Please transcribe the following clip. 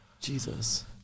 Jesus